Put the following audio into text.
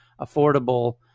affordable